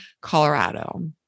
Colorado